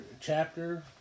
chapter